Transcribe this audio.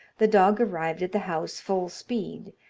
the dog arrived at the house full speed,